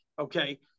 okay